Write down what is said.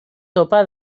topa